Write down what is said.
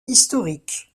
historiques